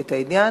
את העניין.